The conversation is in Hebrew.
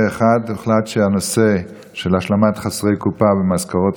פה אחד הוחלט שהנושא של השלמת חוסרי קופה ממשכורות